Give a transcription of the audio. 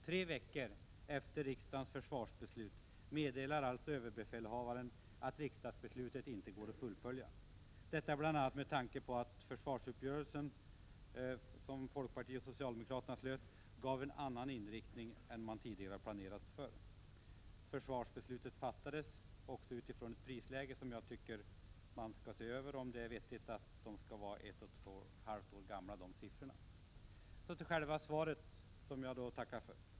Tre veckor efter riksdagens försvarsbeslut meddelade alltså överbefälhavaren att riksdagsbeslutet inte skulle gå att fullfölja — detta bl.a. med tanke på att försvarsuppgörelsen som folkpartiet och socialdemokraterna hade slutit gav en annan inriktning än den som man tidigare hade planerat för. Försvarsbeslutet fattades också med utgångspunkt i gamla priser — och jag tycker att man bör se över om det är vettigt att prisuppgifterna är ett och ett halvt år gamla! Så till själva svaret, som jag tackar för.